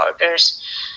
orders